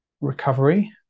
recovery